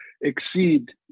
exceed